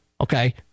okay